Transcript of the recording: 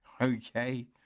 Okay